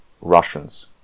Russians